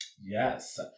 Yes